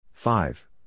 Five